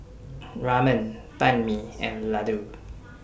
Ramen Banh MI and Ladoo